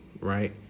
right